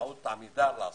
באמצעות עמידר.